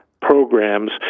programs